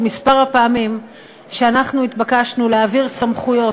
ומספר הפעמים שהתבקשנו להעביר סמכויות